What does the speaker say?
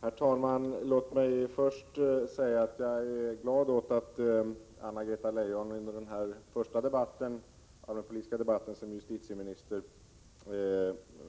Herr talman! Låt mig först säga att jag är glad över att Anna-Greta Leijon under sin första allmänpolitiska debatt som justitieminister